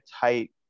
tight